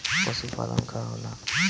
पशुपलन का होला?